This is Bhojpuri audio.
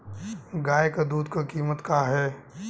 गाय क दूध क कीमत का हैं?